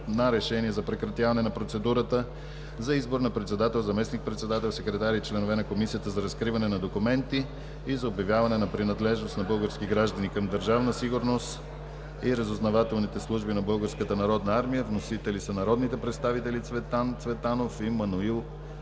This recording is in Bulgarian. на решение за прекратяване на процедурата за избор на председател, заместник-председател, секретар и членове на Комисията за разкриване на документи и за обявяване на принадлежност на български граждани към Държавна сигурност и разузнавателните служби на Българската народна армия. Вносители са народните представители Цветан Цветанов и Маноил